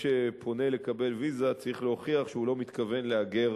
שפונה לקבל ויזה צריך להוכיח שהוא לא מתכוון להגר